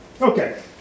Okay